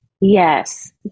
yes